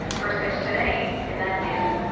first pitch today is at noon.